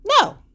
no